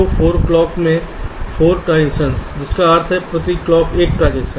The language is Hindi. तो 4 क्लॉक्स में 4 ट्रांजिशंस जिसका अर्थ है प्रति क्लॉक एक ट्रांजिशन